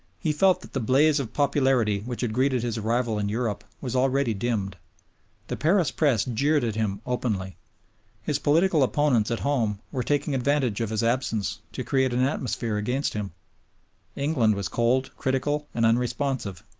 he felt that the blaze of popularity which had greeted his arrival in europe was already dimmed the paris press jeered at him openly his political opponents at home were taking advantage of his absence to create an atmosphere against him england was cold, critical, and unresponsive.